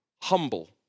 Humble